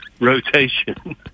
rotation